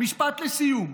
משפט לסיום.